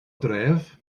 dref